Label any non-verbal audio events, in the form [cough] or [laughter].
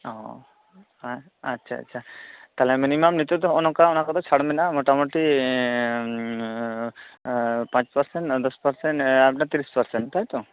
ᱚᱸᱻ ᱟᱪᱪᱷᱟ ᱟᱪᱪᱷᱟ ᱛᱟᱦᱚᱞᱮ ᱢᱤᱱᱤᱢᱟᱢ ᱱᱤᱛᱚᱜ ᱫᱚ ᱱᱚᱜᱼᱚᱭ ᱱᱚᱠᱟ ᱪᱪᱷᱟᱲ ᱢᱮᱱᱟᱜᱼᱟ ᱢᱚᱴᱟ ᱢᱚᱴᱤ [unintelligible] ᱯᱟᱸᱪ ᱯᱟᱨᱥᱮᱱᱴ ᱫᱚᱥ ᱯᱟᱨᱥᱮᱱᱴ ᱟᱨ ᱢᱤᱫᱴᱟᱝ ᱛᱤᱨᱤᱥ ᱯᱟᱨᱥᱮᱱᱴ ᱛᱟᱭᱛᱚ